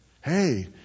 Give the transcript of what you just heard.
hey